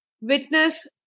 witness